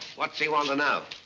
what's he want to know?